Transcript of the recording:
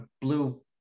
Blue